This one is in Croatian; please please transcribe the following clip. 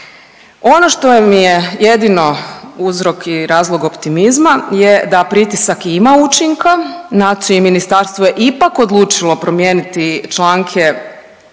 Ono što je mi je jedino uzrok i razlog optimizma je da pritisak ima učinka, znači Ministarstvo je ipak odlučilo promijeniti članke